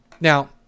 Now